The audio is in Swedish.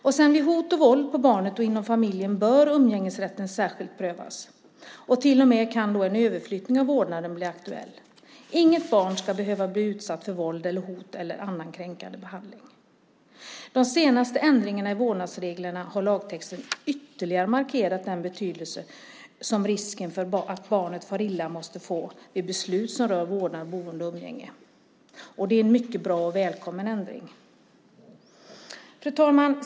När det gäller hot och våld på barnet och inom familjen bör umgängesrätten särskilt prövas. En överflyttning av vårdnaden kan till och med bli aktuell. Inget barn ska behöva bli utsatt för våld, hot eller annan kränkande behandling. Med den senaste ändringen i vårdnadsreglerna markerar lagtexten ytterligare den betydelse som risken att ett barn far illa måste få vid beslut som rör vårdnad, boende och umgänge. Det är en mycket bra och välkommen ändring. Fru talman!